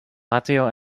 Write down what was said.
lazio